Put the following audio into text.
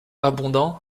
abondant